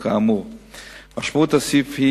2. מדוע לא מתחשבים בדעת המשרד להגנת הסביבה,